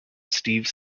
steve